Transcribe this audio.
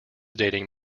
dating